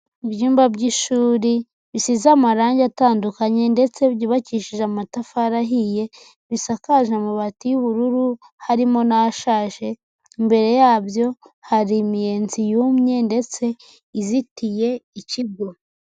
Ibyumba by'ishuri bisize amarange atandukanye ndetse byubakishije amatafari ahiye, bisakaje amabati y'ubururu harimo n'ashaje, imbere yabyo hari imiyenzi yumye ndetse izitiye ikigo.